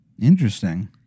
interesting